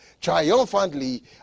Triumphantly